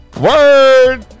word